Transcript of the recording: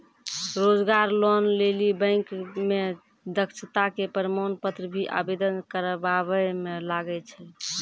रोजगार लोन लेली बैंक मे दक्षता के प्रमाण पत्र भी आवेदन करबाबै मे लागै छै?